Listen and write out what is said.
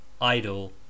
idle